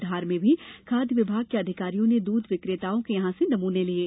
धार में भी खाद्य विभाग के अधिकारियों ने द्ध विकेताओं के यहां से नमने लिये